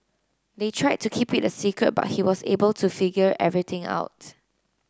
they tried to keep it a secret but he was able to figure everything out